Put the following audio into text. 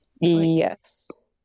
Yes